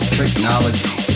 technology